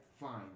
fine